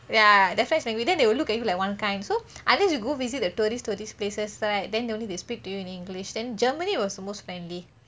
ya their french language then they will look at you like one kind so unless you go visit the tourists tourists places right then only they speak to you in english then germany was the most friendly